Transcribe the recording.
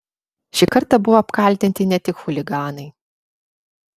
šį kartą buvo apkaltinti ne tik chuliganai